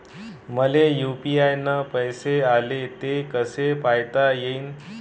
मले यू.पी.आय न पैसे आले, ते कसे पायता येईन?